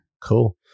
Cool